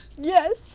Yes